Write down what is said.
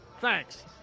Thanks